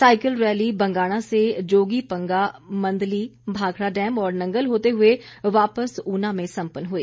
cycle rally Bangana से जोगी पंगा मंदली भाखड़ा डैम्म और नंगल होते हुए वापस ऊना में सम्पन्न हुई